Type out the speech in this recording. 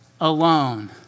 Alone